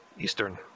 Eastern